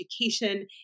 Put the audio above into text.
education